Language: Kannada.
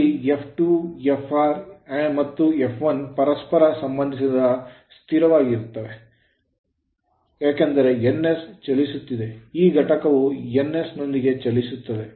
ಇಲ್ಲಿ F2 Fr ಮತ್ತು F1 ಪರಸ್ಪರ ಸಂಬಂಧಿಸಿದಂತೆ ಸ್ಥಿರವಾಗಿವೆ ಏಕೆಂದರೆ ns ಚಲಿಸುತ್ತಿದೆ ಈ ಘಟಕವು ns ನೊಂದಿಗೆ ಚಲಿಸುತ್ತದೆ